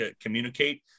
communicate